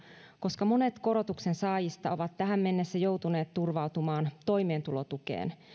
koska monet korotuksen saajista ovat tähän mennessä joutuneet turvautumaan toimeentulotukeen